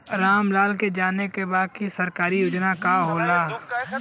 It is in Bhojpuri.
राम लाल के जाने के बा की सरकारी योजना का होला?